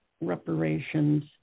reparations